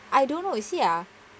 I don't know you see ah